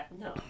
No